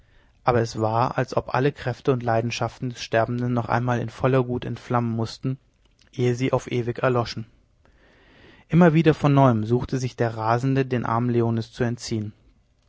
aber es war als ob alle kräfte und leidenschaften des sterbenden noch einmal in voller glut aufflammen mußten ehe sie auf ewig erloschen immer wieder von neuem suchte sich der rasende den armen leones zu entziehen